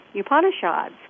Upanishads